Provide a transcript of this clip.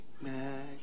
magic